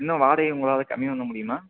இன்னும் வாடகையை உங்களால் கம்மி பண்ண முடியுமா